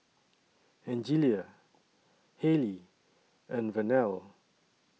Angelia Haylie and Vernelle